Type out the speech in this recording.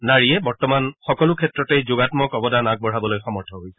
নাৰীয়ে বৰ্তমান সকলো ক্ষেত্ৰতেই যোগাম্মক অৱদান আগবঢ়াবলৈ সক্ষম হৈছে